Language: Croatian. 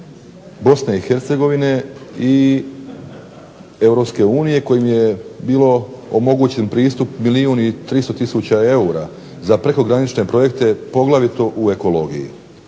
Vlade RH, BiH i EU kojim je bio omogućen pristup milijun i 300 tisuća eura za prekogranične projekte poglavito u ekologiji.